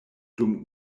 dum